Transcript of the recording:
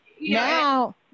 Now